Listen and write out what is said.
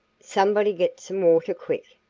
somebody get some water quick,